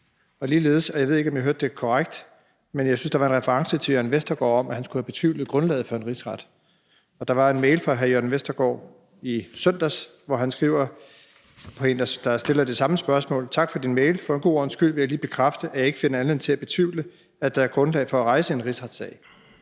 Ligeledes: Jeg ved ikke, om jeg hørte det korrekt, men jeg syntes, der var en reference til Jørn Vestergaard, om, at han skulle have betvivlet grundlaget for en rigsret. Der var en mail fra Jørn Vestergaard i søndags, hvor han skriver til en, der stiller det samme spørgsmål: Tak for din mail. For en god ordens skyld vil jeg lige bekræfte, at jeg ikke finder anledning til at betvivle, at der er grundlag for at rejse en rigsretssag.